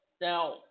Now